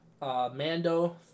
Mando